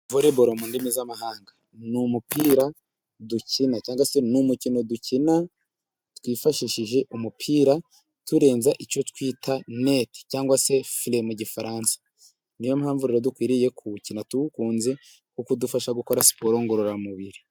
Voleboro, mu ndimi z’amahanga, ni umupira dukina, cyangwa se ni umukino dukina twifashishije umupira turenze icyo twita neti, cyangwa se file mu Gifaransa. Ni yo mpamvu rero dukwiriye kuwukina tuwukunze, kuko udufasha gukora siporo ngororamubiri.